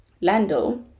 lando